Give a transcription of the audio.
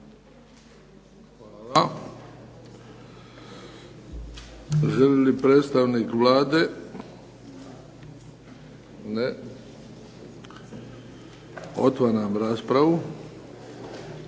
Hvala. Želi li predstavnik Vlade? Ne. Otvaram raspravu.